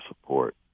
support